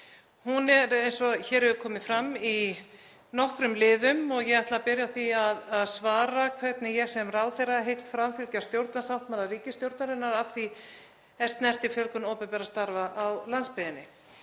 Hún er, eins og hér hefur komið fram, í nokkrum liðum og ég ætla að byrja á því að svara hvernig ég sem ráðherra hyggst framfylgja stjórnarsáttmála ríkisstjórnarinnar að því er snertir fjölgun opinberra starfa á landsbyggðinni.